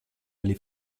alle